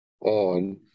on